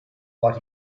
what